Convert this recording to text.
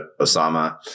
Osama